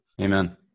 Amen